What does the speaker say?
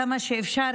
כמה שאפשר,